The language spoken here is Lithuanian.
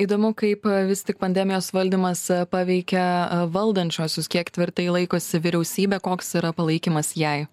įdomu kaip vis tik pandemijos valdymas paveikia valdančiuosius kiek tvirtai laikosi vyriausybė koks yra palaikymas jai